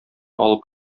алып